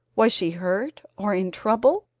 was she hurt or in trouble,